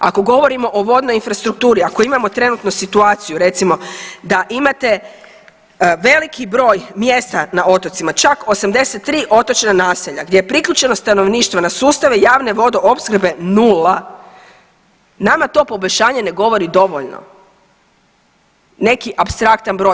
Ako govorimo o vodnoj infrastrukturi, ako imamo trenutno situaciju redimo da imate veliki broj mjesta na otocima, čak 83 otočna naselja gdje je priključenost stanovništva na sustave javne vodoopskrbe nula nama to poboljšanje ne govori dovoljno, neki apstraktan broj.